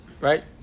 Right